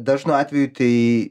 dažnu atveju tai